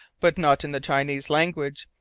but not in the chinese language,